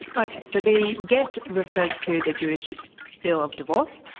okay, so the gett refers to the jewish bill of divorce.